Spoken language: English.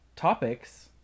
topics